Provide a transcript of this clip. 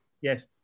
Yes